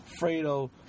Fredo